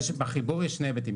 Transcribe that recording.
יש שני היבטים.